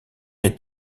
est